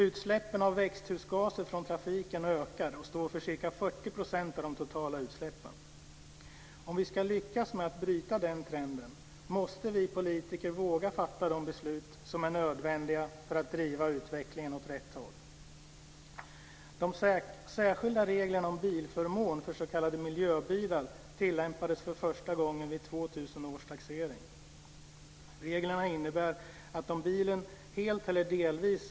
Utsläppen av växthusgaser från trafiken ökar och står för ca 40 % av de totala utsläppen Om vi ska lyckas med att bryta den trenden, måste vi politiker våga fatta de beslut som är nödvändiga för att driva utvecklingen åt rätt håll.